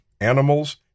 animals